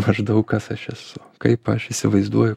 maždaug kas aš esu kaip aš įsivaizduoju